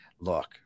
look